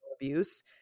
abuse